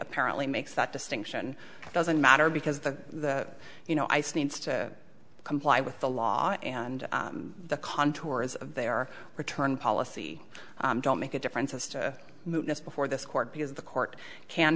apparently makes that distinction doesn't matter because the you know ice needs to comply with the law and the contours of their return policy don't make a difference as to move this before this court because the court can